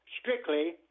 strictly